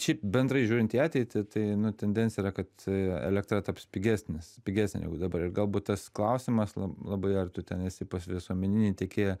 šiaip bendrai žiūrint į ateitį tai nu tendencija yra kad elektra taps pigesnis pigesnė negu dabar ir galbūt tas klausimas labai ar tu ten esi pas visuomeninį tiekėją